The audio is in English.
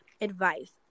advice